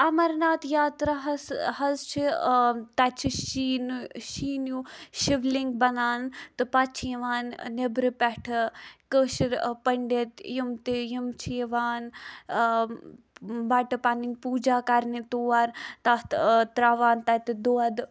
امرناتھ یاترا ہس حظ چھِ آ تَتہِ چھِ شیٖنہ شیٖنو شولِنگ بنان تہٕ پَتہٕ چھِ یوان نٮ۪برٕ پٮ۪ٹھٕ کٲشر پٔنڑِت یِم تہِ یہِ چھِ یوان آ بَٹہٕ پَنٕنۍ پوجا کَرنہِ تور تَتھ تراوان تتہِ دۄد